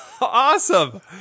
awesome